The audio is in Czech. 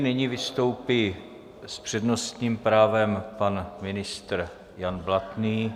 Nyní vystoupí s přednostním právem pan ministr Jan Blatný.